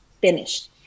finished